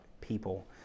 people